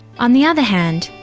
on the other hand,